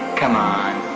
come on.